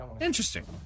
Interesting